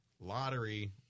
lottery